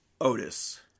Otis